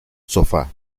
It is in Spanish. sofá